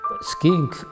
Skiing